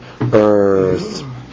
earth